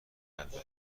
البته